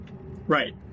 Right